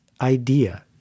idea